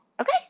Okay